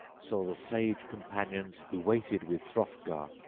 saw the sage companions who waited with hrothgar,